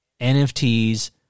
NFTs